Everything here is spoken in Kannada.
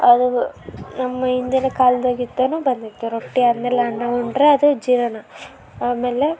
ಅದು ನಮ್ಮ ಹಿಂದಿನ ಕಾಲ್ದಗಿಂದಲೂ ಬಂದಿದೆ ರೊಟ್ಟಿ ಆದ್ಮೇಲ್ ಅನ್ನ ಉಂಡ್ರೆ ಅದು ಜೀರ್ಣ ಆಮೇಲೆ